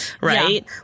right